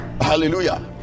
Hallelujah